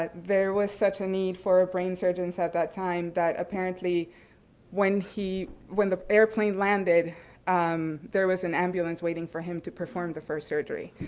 there was such a need for ah brain surgeons at that time that apparently when he when the airplane landed um there was an ambulance waiting for him to perform the first surgery.